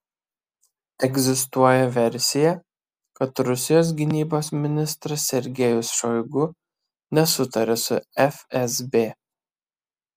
egzistuoja versija kad rusijos gynybos ministras sergejus šoigu nesutaria su fsb